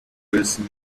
lösen